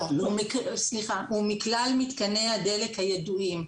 לא, הוא מכלל מתקני הדלק הידועים.